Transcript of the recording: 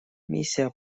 миссия